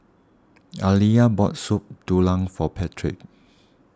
Aliya bought Soup Tulang for Patric